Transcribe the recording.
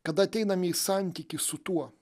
kad ateiname į santykį su tuo